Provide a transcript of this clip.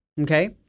Okay